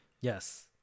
yes